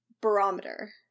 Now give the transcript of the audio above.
barometer